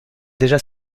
déjà